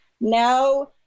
Now